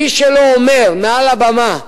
מי שלא אומר מעל הבמה: